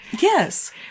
Yes